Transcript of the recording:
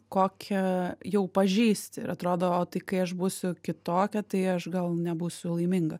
kokią jau pažįsti ir atrodo o tai kai aš būsiu kitokia tai aš gal nebūsiu laiminga